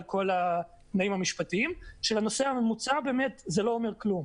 כל התנאים המשפטיים שלנוסע הממוצע זה באמת לא אומר כלום.